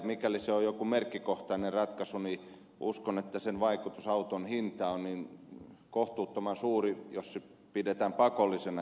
mikäli se on jokin merkkikohtainen ratkaisu niin uskon että sen vaikutus auton hintaan on kohtuuttoman suuri jos se pidetään pakollisena